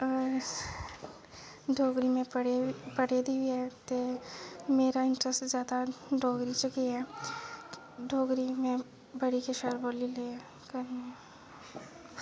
ते डोगरी में पढ़ी दी बी ऐ ते मेरा इंटरस्ट जादै डोगरी च गै ऐ ते डोगरी में बड़ी गै शैल बोल्ली लैन्नी आं